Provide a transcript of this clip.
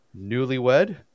newlywed